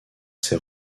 s’est